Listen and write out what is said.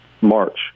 March